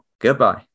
Goodbye